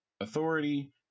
authority